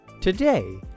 today